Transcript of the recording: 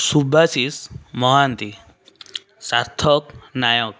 Subashish Mohanty Sarthak Nayak